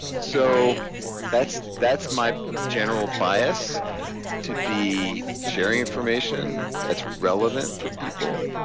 so that's that's my general bias to be sharing information that's relevant for people.